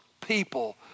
people